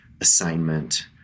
assignment